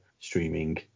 streaming